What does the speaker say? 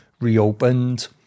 reopened